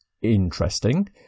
interesting